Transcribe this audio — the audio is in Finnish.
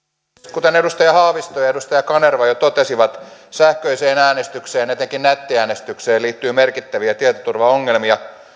kuten edustaja haavisto ja edustaja kanerva jo totesivat sähköiseen äänestykseen ja etenkin nettiäänestykseen liittyy merkittäviä tietoturvaongelmia